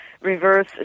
reverse